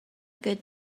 good